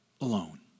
alone